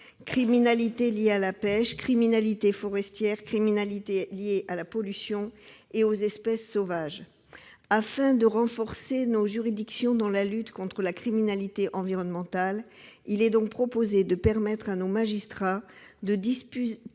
criminalité liée à la pêche, criminalité forestière, criminalité liée à la pollution et aux espèces sauvages. Afin de renforcer nos juridictions dans la lutte contre la criminalité environnementale, il est proposé de permettre à nos magistrats de disposer